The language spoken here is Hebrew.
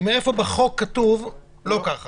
הוא שואל, איפה בחוק כתוב לא ככה?